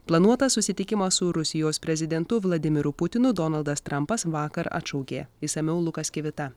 planuotą susitikimą su rusijos prezidentu vladimiru putinu donaldas trumpas vakar atšaukė išsamiau lukas kivita